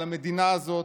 על המדינה הזאת,